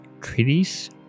treaties